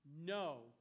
No